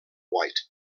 white